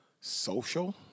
social